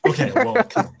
Okay